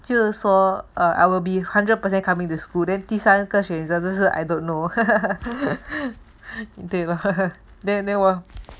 就是说 or I will be hundred percent coming to school twenty 第三个悬着 I don't know 对 lor